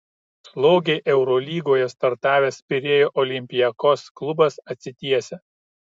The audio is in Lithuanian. slogiai eurolygoje startavęs pirėjo olympiakos klubas atsitiesia